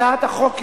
הצעת החוק,